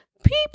People